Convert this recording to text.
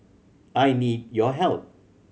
I need your help